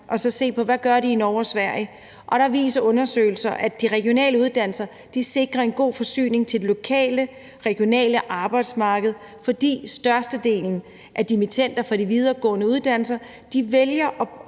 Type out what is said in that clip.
og se på, hvad de gør i Norge og Sverige. Der viser undersøgelser, at de regionale uddannelser sikrer en god forsyning til det lokale, regionale arbejdsmarked, fordi størstedelen af dimittender fra de videregående uddannelser vælger at